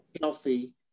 healthy